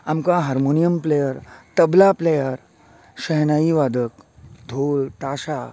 आमकां harmonium player tabla player shehnai वादक धोल ताशा